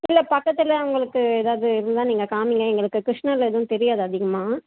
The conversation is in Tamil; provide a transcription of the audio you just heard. இல்லை பக்கத்தில் உங்களுக்கு ஏதாவது இருந்தால் நீங்கள் காமிங்க எங்களுக்கு கிருஷ்ணாவில் எதுவும் தெரியாது அதிகமாக